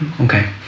Okay